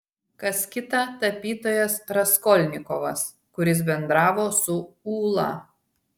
kas kita tapytojas raskolnikovas kuris bendravo su ūla